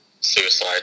suicide